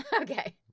okay